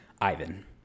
Ivan